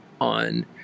on